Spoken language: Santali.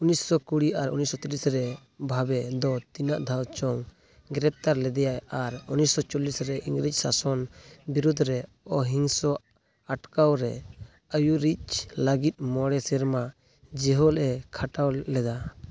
ᱩᱱᱤᱥᱥᱚ ᱠᱩᱲᱤ ᱟᱨ ᱩᱱᱤᱥᱥᱚ ᱛᱤᱨᱤᱥ ᱨᱮ ᱵᱷᱟᱵᱮ ᱫᱚ ᱛᱤᱱᱟᱹᱜ ᱫᱷᱟᱣ ᱪᱚᱝ ᱜᱨᱮᱯᱛᱟᱨ ᱞᱮᱫᱮᱭᱟᱭ ᱟᱨ ᱩᱱᱤᱥᱥᱚ ᱪᱚᱞᱞᱤᱥ ᱨᱮ ᱤᱝᱨᱮᱡᱽ ᱥᱟᱥᱚᱱ ᱵᱤᱨᱩᱫᱽᱨᱮ ᱚᱦᱤᱝᱥᱚ ᱟᱴᱠᱟᱣᱨᱮ ᱟᱹᱭᱩᱨᱤᱪ ᱞᱟᱹᱜᱤᱫ ᱢᱚᱬᱮ ᱥᱮᱨᱢᱟ ᱡᱤᱦᱚᱞᱮ ᱠᱷᱟᱴᱟᱣ ᱞᱮᱫᱟ